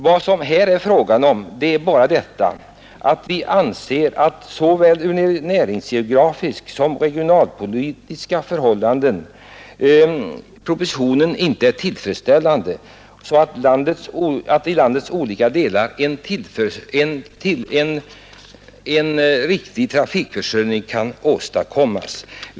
Vad det här är fråga om är bara att vi finner propositionen otillfredsställande ur såväl näringsgeografiska som regionalpolitiska synpunkter och anser att förslagen inte leder till en riktig trafikförsörjning i landets olika delar.